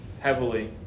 heavily